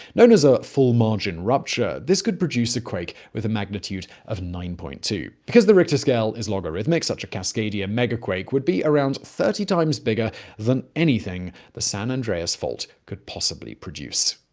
known as a full margin rupture, this could produce a quake with a magnitude of nine point two. because the richter scale is logarithmic, such a cascadia megaquake would be around thirty times bigger than anything the san andreas fault could possibly produce.